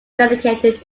dedicated